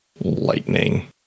lightning